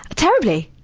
ah terribly!